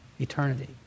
eternity